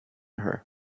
her